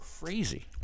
crazy